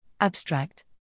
Abstract